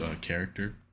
character